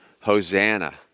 Hosanna